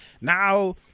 Now